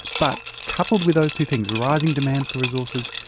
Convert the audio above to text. but coupled with those two things rising demand for resources,